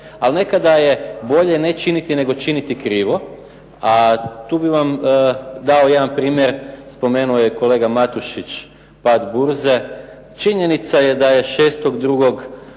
ali nekada je bolje ne činiti nego činiti krivo. A tu bi vam dao jedan primjer. Spomenuo je kolega Matušić pad burze, činjenica je da je 6.2.